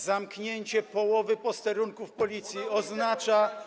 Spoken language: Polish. Zamknięcie połowy posterunków Policji oznacza.